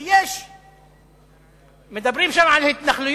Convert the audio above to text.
כי מדברים שם על התנחלויות,